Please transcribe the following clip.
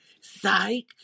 psych